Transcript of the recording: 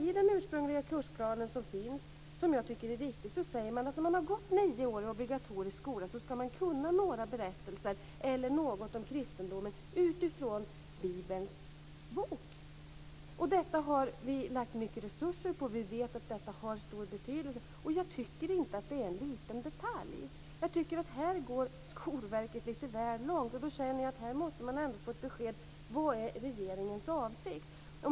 I den ursprungliga kursplan som finns och som jag tycker är riktig, sägs det att när man har gått nio år i den obligatoriska skolan ska man kunna några berättelser eller något om kristendomen utifrån Bibelns bok. Detta har vi lagt ned mycket resurser på. Vi vet att detta har stor betydelse. Jag tycker inte att det är en liten detalj. Här går Skolverket lite väl långt. Jag känner att det är nödvändigt att ändå få ett besked om vad som är regeringens avsikt.